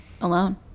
alone